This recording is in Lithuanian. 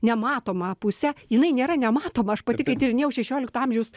nematomą pusę jinai nėra nematoma aš pati kai tyrinėjau šešiolikto amžiaus